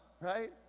Right